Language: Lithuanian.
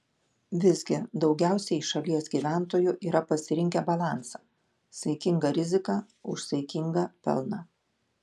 visgi daugiausiai šalies gyventojų yra pasirinkę balansą saikinga rizika už saikingą pelną